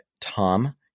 Tom